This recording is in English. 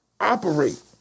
operate